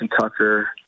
Tucker